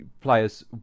players